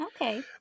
Okay